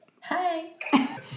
Hi